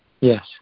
Yes